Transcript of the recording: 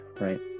right